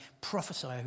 Prophesy